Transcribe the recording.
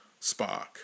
Spock